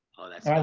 oh that's fine.